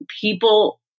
people